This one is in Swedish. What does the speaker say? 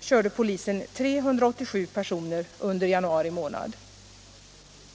körde polisen 387 personer under januari månad.